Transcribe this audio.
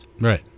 right